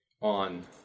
on